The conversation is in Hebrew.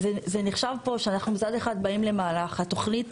זה נחשב פה שאנחנו מצד אחד באים למהלך התוכנית.